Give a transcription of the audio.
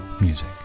music